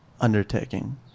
undertaking